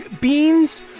Beans